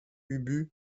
ubu